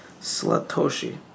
Slatoshi